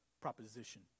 proposition